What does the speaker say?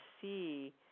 see